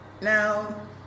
Now